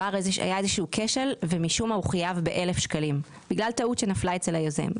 היה איזשהו כשל והוא חויב ב-1000 שקלים בגלל טעות שנפלה אצל היוזם.